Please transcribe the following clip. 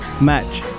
match